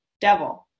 devil